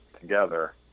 together